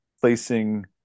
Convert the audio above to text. placing